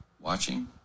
watching